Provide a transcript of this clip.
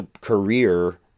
career